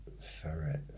Ferret